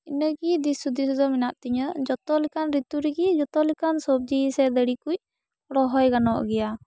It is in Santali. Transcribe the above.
ᱤᱱᱟᱹᱜᱮ ᱫᱤᱥ ᱦᱩᱫᱤᱥ ᱫᱚ ᱢᱮᱱᱟᱜ ᱛᱤᱧᱟᱹ ᱡᱚᱛᱚ ᱞᱮᱠᱟᱱ ᱨᱤᱛᱩ ᱨᱮᱜᱤ ᱡᱚᱛᱚ ᱞᱮᱠᱟᱱ ᱥᱚᱵᱡᱤ ᱥᱮ ᱫᱟᱹᱨᱤ ᱠᱩᱡ ᱨᱚᱦᱚᱭ ᱜᱟᱱᱚᱜ ᱜᱮᱭᱟ